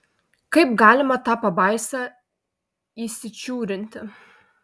kaip galima tą pabaisą įsičiūrinti